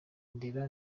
ndera